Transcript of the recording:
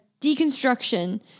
deconstruction